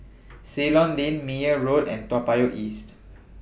Ceylon Lane Meyer Road and Toa Payoh East